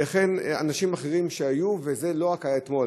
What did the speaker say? וכן אנשים אחרים שהיו, וזה לא היה רק אתמול.